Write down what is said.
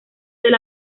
del